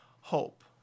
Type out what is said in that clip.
hope